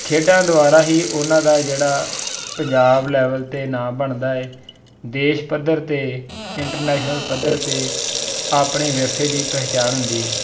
ਖੇਡਾਂ ਦੁਆਰਾ ਹੀ ਉਹਨਾਂ ਦਾ ਜਿਹੜਾ ਪੰਜਾਬ ਲੈਵਲ 'ਤੇ ਨਾਂ ਬਣਦਾ ਹੈ ਦੇਸ਼ ਪੱਧਰ 'ਤੇ ਇੰਟਰਨੈਸ਼ਨਲ ਪੱਧਰ 'ਤੇ ਆਪਣੇ ਵਿਰਸੇ ਦੀ ਪਹਿਚਾਣ ਹੁੰਦੀ